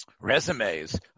resumes